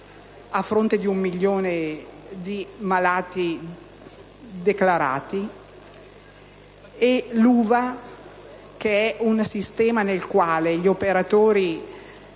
a fronte di un milione di malati acclarati, e l'UVA è un sistema nel quale gli operatori